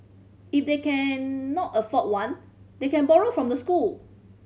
if they cannot afford one they can borrow from the school